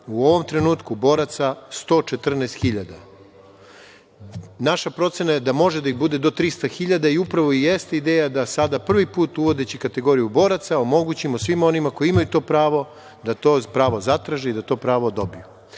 u ovom trenutku boraca je 114.000. Naša procena je da može da ih bude do 300.000 i upravo jeste ideja sada prvi put, uvodeći kategoriju boraca, omogućimo svim onima koji imaju to pravo da to pravo zatraže i da to pravo dobiju.